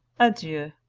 adieu,